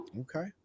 Okay